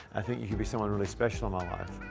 i think you could be someone really special in my life.